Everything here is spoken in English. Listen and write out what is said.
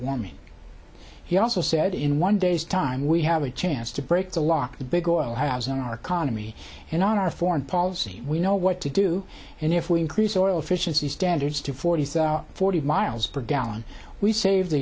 warming he also said in one day's time we have a chance to break the lock the big oil has on our economy and on our foreign policy we know what to do and if we increase oil fissions the standards to forty or forty miles per gallon we save the